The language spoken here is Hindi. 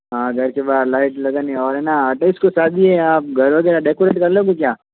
हाँ घर के बाहर लाइट लगानी है और है ना अट्ठाईस को शादी है आप घर वगैरह डेकोरेट कर लोगे क्या